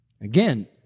Again